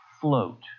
float